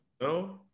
No